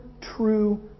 true